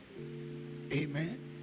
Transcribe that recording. Amen